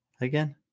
again